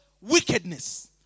wickedness